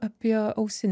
apie ausines